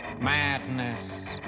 Madness